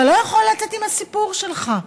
אתה לא יכול לצאת עם הסיפור שלך.